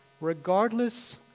Regardless